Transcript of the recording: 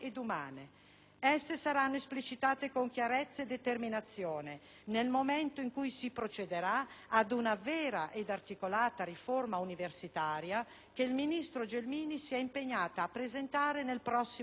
Esse saranno esplicitate con chiarezza e determinazione nel momento in cui sì procederà ad una vera ed articolata riforma universitaria, che il ministro Gelmini si è impegnata a presentare nel prossimo futuro.